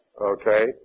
Okay